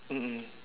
mm mm